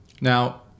Now